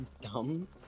Dumb